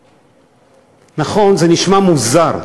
נכון, זה נשמע מוזר.